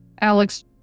Alex